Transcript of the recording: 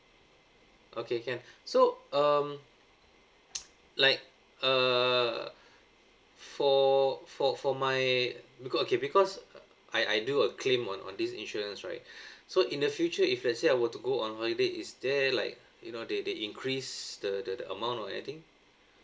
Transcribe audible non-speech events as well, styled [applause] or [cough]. okay can so um [noise] like uh for for for my because okay because I I do a claim on on this insurance right so in the future if let's say I were to go on holiday is there like you know they they increased the the the amount or anything